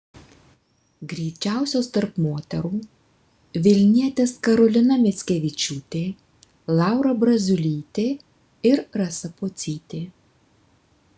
greičiausios tarp moterų vilnietės karolina mickevičiūtė laura braziulytė ir rasa pocytė